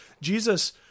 Jesus